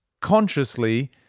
consciously